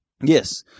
yes